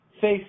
face